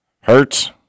Hurts